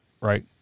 right